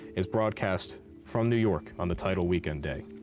is broadcast from new york on the title weekend day?